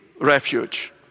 refuge